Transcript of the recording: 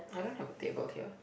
I don't have a table here